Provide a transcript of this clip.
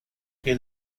que